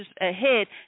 ahead